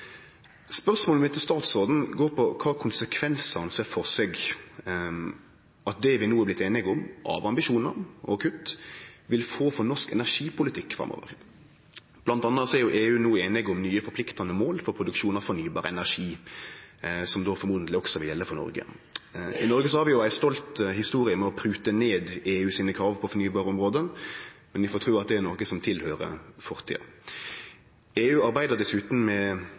Spørsmålet mitt til statsråden går på kva konsekvensar han ser for seg at det vi no har vorte einige om av ambisjonar og kutt, vil få for norsk energipolitikk framover. Blant anna er EU-landa no einige om nye forpliktande mål for produksjon av fornybar energi, som truleg også vil gjelde for Noreg. I Noreg har vi jo ei stolt historie når det gjeld å prute ned EUs krav på fornybarområdet, men vi får tru at det er noko som høyrer fortida til. EU arbeider dessutan med